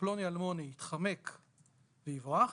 שפלוני-אלמוני יתחמק ויברח,